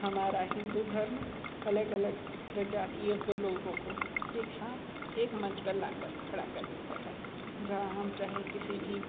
हमारा हिंदू धर्म अलग अलग प्रजातियों के लोगों को एक साथ एक मंच पर लाकर खड़ा कर देता है जहाँ हम चाहे किसी भी